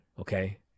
okay